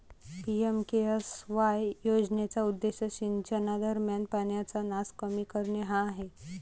PMKSY योजनेचा उद्देश सिंचनादरम्यान पाण्याचा नास कमी करणे हा आहे